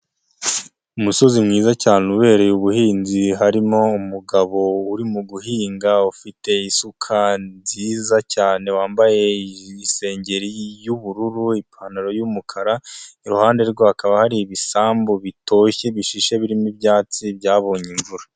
Umusozi mwiza cyane ubereye ubuhinzi harimo umugabo uri mu guhinga ufite isuka nziza cyane wambaye isengeri y'ubururu ipantaro y'umukara, iruhande rwe hakaba hari ibisambu bitoshye bishishye birimo ibyatsi byabonye imvura.